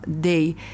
day